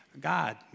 God